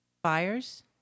Fires